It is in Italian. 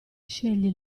scegli